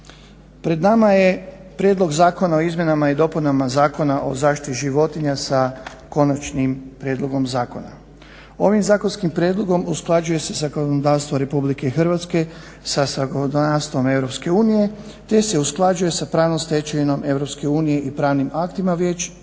Pred nama je prijedlog Zakona o izmjenama i dopunama Zakona o zaštiti životinja sa konačnim prijedlogom zakona. Ovim zakonskim prijedlogom usklađuje se zakonodavstvo RH sa zakonodavstvom EU, te se usklađuje sa pravnom stečevinom EU i pravnim aktima Vijeća